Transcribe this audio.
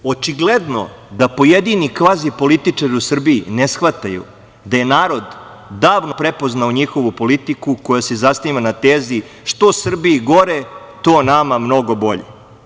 Očigledno da pojedini kvazi političari u Srbiji ne shvataju da je narod davno prepoznao njihovu politiku koja se zasniva na tezi - što Srbiji gore, to nama mnogo bolje.